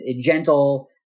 gentle